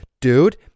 Dude